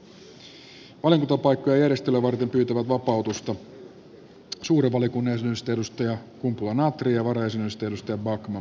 valiokuntapaikkojen järjestelyä varten pyytävät vapautusta suuren valiokunnan jäsenyydestä miapetra kumpula natri ja varajäsenyydestä jouni backman